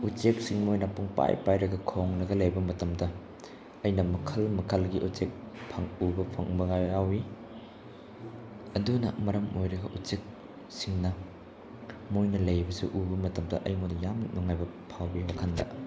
ꯎꯆꯦꯛꯁꯤꯡ ꯃꯣꯏꯅ ꯄꯨꯡꯄꯥꯏ ꯄꯥꯏꯔꯒ ꯈꯣꯡꯂꯒ ꯂꯩꯕ ꯃꯇꯝꯗ ꯑꯩꯅ ꯃꯈꯜ ꯃꯈꯜꯒꯤ ꯎꯆꯦꯛ ꯎꯕ ꯐꯪꯕꯒ ꯌꯥꯎꯏ ꯑꯗꯨꯅ ꯃꯔꯝ ꯑꯣꯏꯔꯒ ꯎꯆꯦꯛꯁꯤꯡꯅ ꯃꯣꯏꯅ ꯂꯩꯕꯁꯨ ꯎꯕ ꯃꯇꯝꯗ ꯑꯩꯉꯣꯟꯗ ꯌꯥꯝꯅ ꯅꯨꯡꯉꯥꯏꯕ ꯐꯥꯎꯏ ꯋꯥꯈꯜꯗ